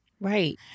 Right